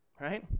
Right